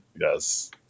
yes